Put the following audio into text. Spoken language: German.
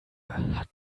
hat